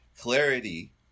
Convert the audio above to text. Clarity